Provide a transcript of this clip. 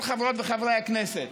כל חברות וחברי הכנסת,